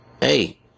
Hey